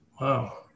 wow